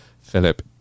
Philip